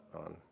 on